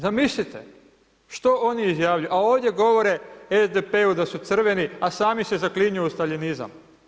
Zamislite što oni izjavljuju, a ovdje govore SDP-u, da su crveni a sami se zaklinju u staljinizam.